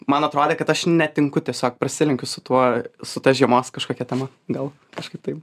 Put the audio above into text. man atrodė kad aš netinku tiesiog prasilenkiu su tuo su ta žiemos kažkokia tema gal kažkaip taip